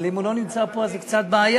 אבל אם הוא לא נמצא פה זה קצת בעיה.